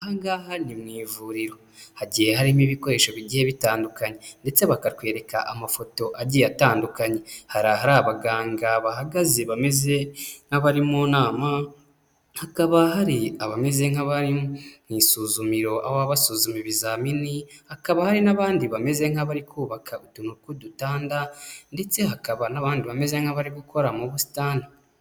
Aha ngaha ni mu ivuriro, hagiye harimo ibikoresho bigiye bitandukanye, ndetse bakatwereka amafoto agiye atandukanye hari hari abaganga bahagaze bameze nk'abari mu nama hakaba hari abameze nk'abari mu isuzumiro aho basuzuma ibizamini, hakaba hari n'abandi bameze nk'abari kubaka utuntu tw'udutanda ndetse hakaba n'abandi bameze nk'abari gukora mu busitani.